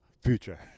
future